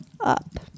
up